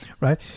right